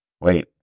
wait